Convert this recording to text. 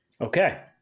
Okay